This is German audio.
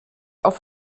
auf